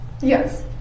Yes